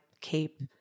cape